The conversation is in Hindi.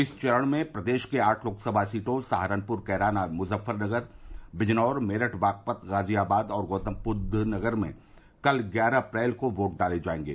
इस चरण में प्रदेश के आठ लोकसभा सीटों सहारनपुर कैराना मुजफ्फरनगर बिजनौर मेरठ बागपत गाजियाबाद और गौतमबुद्ध नगर में कल ग्यारह अप्रैल को वोट डाले जायेंगे